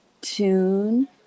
tune